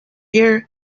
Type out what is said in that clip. year